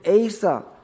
Asa